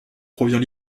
provient